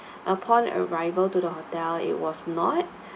upon arrival to the hotel it was not